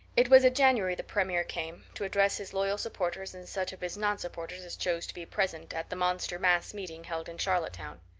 it was a january the premier came, to address his loyal supporters and such of his nonsupporters as chose to be present at the monster mass meeting held in charlottetown.